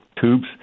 tubes